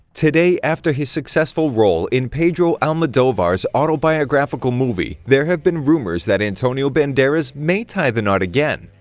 today, after his successful role in pedro almodovar's autobiographical movie, there have been rumors that antonio banderas may tie the knot again.